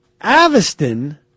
aviston